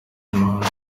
umuhanzi